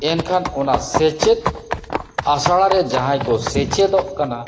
ᱮᱱᱠᱷᱟᱱ ᱚᱱᱟ ᱥᱮᱪᱮᱫ ᱟᱥᱲᱟ ᱨᱮ ᱡᱟᱦᱟᱸᱭ ᱠᱚ ᱥᱮᱪᱮᱫᱚ ᱠᱟᱱᱟ